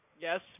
Yes